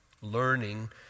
learning